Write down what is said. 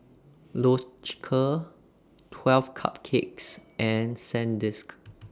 Loacker twelve Cupcakes and Sandisk